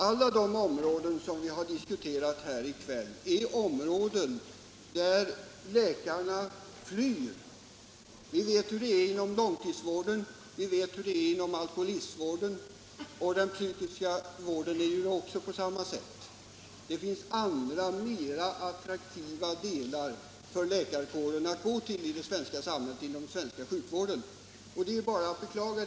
Alla de områden som vi har diskuterat i kväll är sådana som läkarna flyr. Vi vet hur det är inom långtidsvården, alkoholistvården och den psykiska vården. Det finns andra, mer attraktiva delar av den svenska sjukvården för läkarna att gå till. Detta är bara att beklaga.